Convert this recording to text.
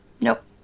Nope